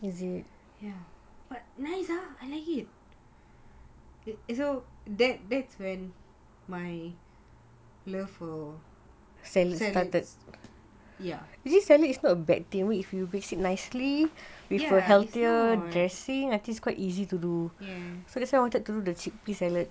yes but nice ah I like it K so that that's where my love for salads yes it's not